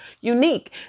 unique